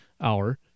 hour